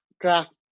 craft